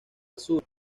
azul